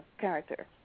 character